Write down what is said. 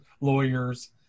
lawyers